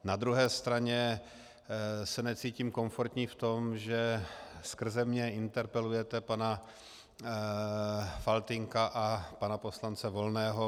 Na druhé straně se necítím komfortní v tom, že skrze mě interpelujete pana Faltýnka a pana poslance Volného.